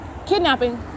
Kidnapping